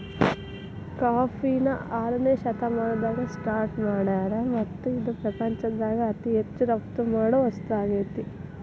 ಕಾಫಿನ ಆರನೇ ಶತಮಾನದಾಗ ಸ್ಟಾರ್ಟ್ ಮಾಡ್ಯಾರ್ ಮತ್ತ ಇದು ಪ್ರಪಂಚದಾಗ ಅತಿ ಹೆಚ್ಚು ರಫ್ತು ಮಾಡೋ ವಸ್ತು ಆಗೇತಿ